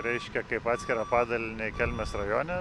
reiškia kaip atskirą padalinį kelmės rajone